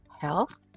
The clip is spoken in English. health